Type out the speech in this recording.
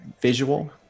visual